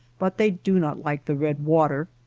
but they do not like the red water.